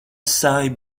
sai